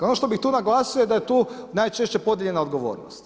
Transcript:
Ono što bih tu naglasio je da je tu najčešće podijeljena odgovornost.